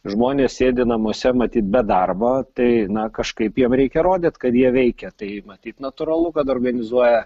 žmonės sėdi namuose matyt be darbo tai na kažkaip jiem reikia rodyt kad jie veikia tai matyt natūralu kad organizuoja